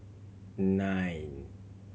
nine